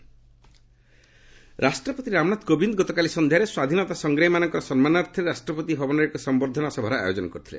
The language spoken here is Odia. ପ୍ରେଜ୍ ଆଟ୍ ହୋମ୍ ରାଷ୍ଟ୍ରପତି ରାମନାଥ କୋବିନ୍ଦ ଗତକାଲି ସନ୍ଧ୍ୟାରେ ସ୍ୱାଧୀନତା ସଂଗ୍ରାମୀମାନଙ୍କର ସମ୍ମାନାର୍ଥେ ରାଷ୍ଟ୍ରପତି ଭବନରେ ଏକ ସମ୍ଭର୍ଦ୍ଧନା ସଭାର ଆୟୋଜନ କରିଥିଲେ